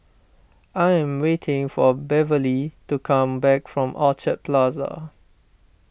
I am waiting for Beverley to come back from Orchard Plaza